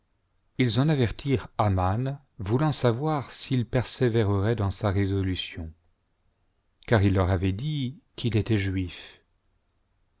ils en avertirent aman voulant savoir s'il persévérerait dans sa résolution car il leur avait dit qu'il était juif